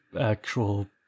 actual